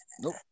Nope